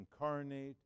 incarnate